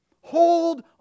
Hold